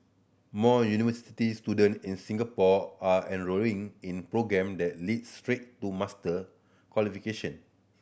more university student in Singapore are enrolling in programme that lead straight to master qualification